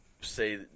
say